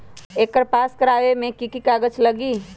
एकर पास करवावे मे की की कागज लगी?